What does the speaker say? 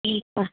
ఈ పా